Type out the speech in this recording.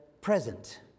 present